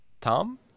Tom